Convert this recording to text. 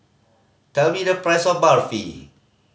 tell me the price of Barfi